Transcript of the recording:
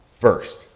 first